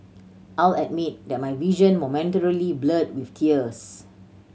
I'll admit that my vision momentarily blurred with tears